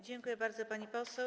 Dziękuję bardzo, pani poseł.